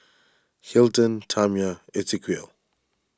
Hilton Tamya Esequiel